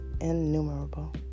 innumerable